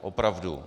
Opravdu.